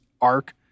arc